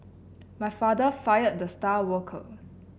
my father fired the star worker